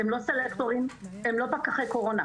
הם לא סלקטורים, הם לא פקחי קורונה.